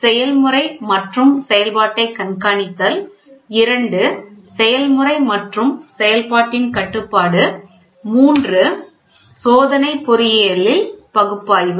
செயல்முறை மற்றும் செயல்பாட்டைக் கண்காணித்தல் செயல்முறை மற்றும் செயல்பாட்டின் கட்டுப்பாடு சோதனை பொறியியல் பகுப்பாய்வு